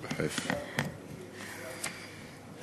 תודה לך,